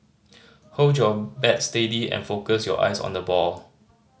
hold your bat steady and focus your eyes on the ball